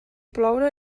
ploure